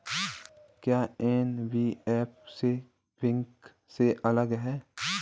क्या NBFC bank से अलग है?